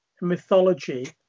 mythology